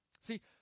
See